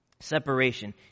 Separation